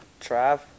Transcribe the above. Trav